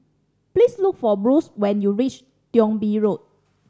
please look for Bruce when you reach Thong Bee Road